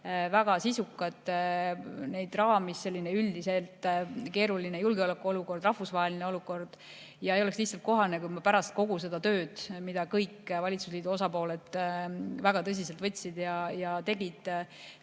väga sisukad. Neid raamis selline üldiselt keeruline rahvusvaheline julgeolekuolukord ja ei oleks lihtsalt kohane, kui ma pärast kogu seda tööd, mida kõik valitsusliidu osapooled väga tõsiselt võtsid ja tegid,